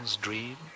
dream